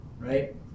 Right